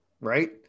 right